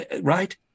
right